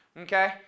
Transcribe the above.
okay